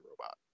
robot